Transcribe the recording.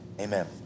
Amen